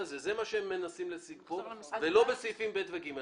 זה מה שהם מנסים להשיג כאן ולא בסעיפים (ב) ו-(ג).